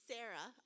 Sarah